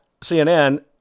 CNN